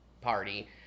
party